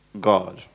God